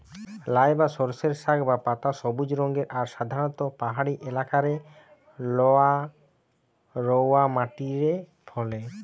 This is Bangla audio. লাই বা সর্ষের শাক বা পাতা সবুজ রঙের আর সাধারণত পাহাড়িয়া এলাকারে লহা রওয়া মাটিরে ফলে